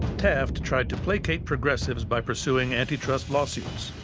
taft tried to placate progressives by pursuing anti-trust lawsuits,